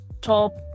top